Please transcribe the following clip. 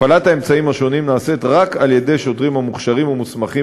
הפעלת האמצעים השונים נעשית רק על-ידי שוטרים המוכשרים ומוסמכים